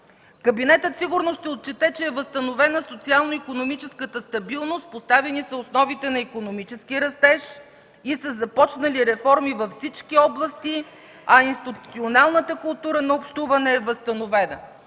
Кабинетът сигурно ще отчете, че е възстановена социално-икономическата стабилност, поставени са основите на икономически растеж и са започнали реформи във всички области, а институционалната култура на общуване е възстановена.